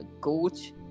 coach